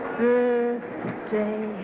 birthday